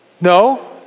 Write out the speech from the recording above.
No